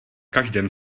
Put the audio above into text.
každém